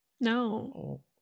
no